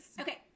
Okay